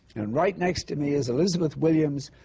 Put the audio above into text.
and right next to me is elizabeth williams,